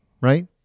right